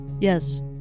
Yes